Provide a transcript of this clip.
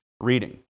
reading